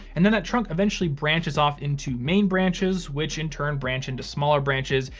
and then that trunk eventually branches off into main branches which in turn branch into smaller branches.